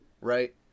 right